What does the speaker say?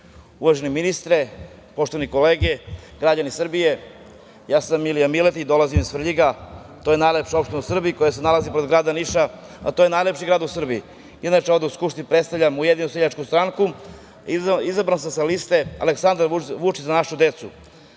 Orliću. Uvaženi ministre, poštovane kolege, građani Srbije, ja sam Milija Miletić. Dolazim iz Svrljiga. To je najlepša opština u Srbiji koja se nalazi kod grada Niša, a to je najlepši grad u Srbiji. Inače, ovde u Skupštini predstavljam Ujedinjenu seljačku stranku. Izabran sam sa liste Aleksandar Vučić – Za našu decu.